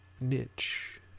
niche